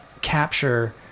capture